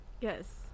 Yes